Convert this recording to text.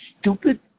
stupid